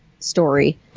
story